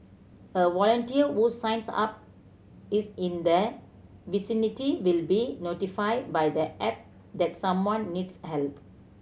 a volunteer who signs up is in the vicinity will be notified by the app that someone needs help